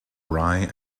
rye